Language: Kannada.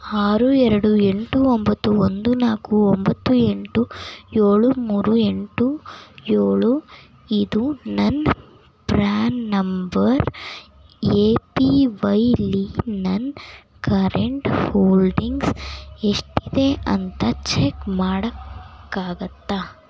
ಆರು ಎರಡು ಎಂಟು ಒಂಬತ್ತು ಒಂದು ನಾಲ್ಕು ಒಂಬತ್ತು ಎಂಟು ಏಳು ಮೂರು ಎಂಟು ಏಳು ಇದು ನನ್ನ ಪ್ರ್ಯಾನ್ ನಂಬರ್ ಎ ಪಿ ವೈಲಿ ನನ್ನ ಕರೆಂಟ್ ಹೋಲ್ಡಿಂಗ್ಸ್ ಎಷ್ಟಿದೆ ಅಂತ ಚೆಕ್ ಮಾಡೋಕ್ಕಾಗುತ್ತಾ